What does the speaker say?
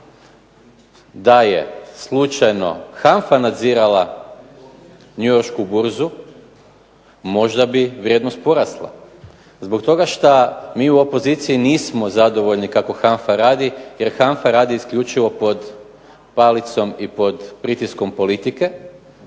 da je slučajno HANFA nadzirala Njujoršku burzu možda bi vrijednost porasla, zbog toga što mi u opoziciji nismo zadovoljni kako HANFA radi jer HANFA radi isključivo pod palicom i pod pritiskom politike,